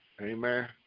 Amen